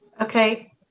Okay